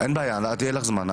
אין בעיה, אני אתן לך זמן.